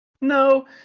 no